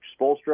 Spolstra